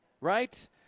right